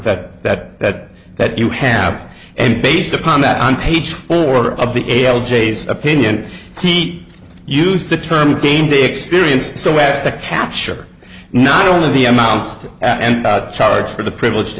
that that that that you have and based upon that on page four of the l j's opinion heat used the term game day experience so as to capture not only the amounts and charge for the privilege